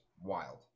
Wild